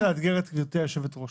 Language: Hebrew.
אני רוצה לאתגר את גברתי יושבת הראש,